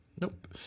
Nope